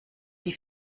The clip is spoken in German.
die